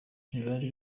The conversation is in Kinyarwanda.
ntibari